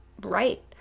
right